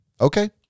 Okay